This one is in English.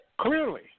clearly